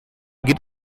geht